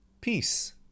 Peace